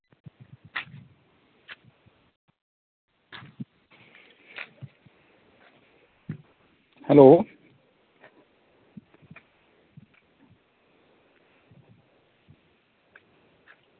hello